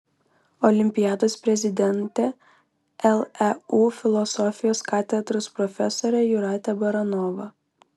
olimpiados prezidentė leu filosofijos katedros profesorė jūratė baranova